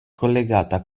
collegata